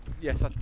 Yes